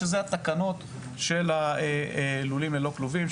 שזה התקנות של הלולים ללא כלובים.